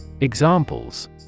Examples